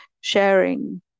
sharing